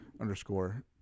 underscore